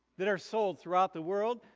that are sold throughout the world,